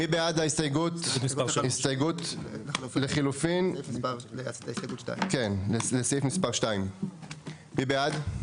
מי בעד הסתייגות לחילופין לסעיף מספר 2. הצבעה בעד,